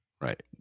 Right